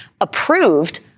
approved